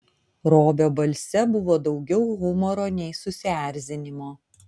robio balse buvo daugiau humoro nei susierzinimo